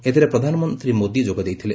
ଏଥିରେ ପ୍ରଧାନମନ୍ତ୍ରୀ ମୋଦି ଯୋଗ ଦେଇଥିଲେ